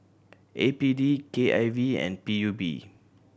A P D K I V and P U B